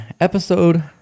episode